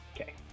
Okay